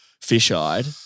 fish-eyed